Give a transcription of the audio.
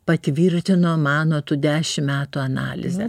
patvirtino mano tų dešim metų analizę